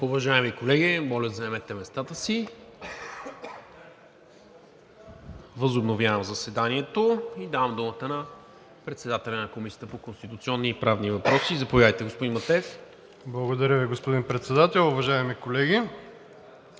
Уважаеми колеги, моля, заемете местата си. Възобновявам заседанието. Давам думата на председателя на Комисията по конституционни и правни въпроси. Заповядайте, господин Матеев. ДОКЛАДЧИК МИЛЕН МАТЕЕВ: Благодаря Ви, господин Председател. Уважаеми колеги,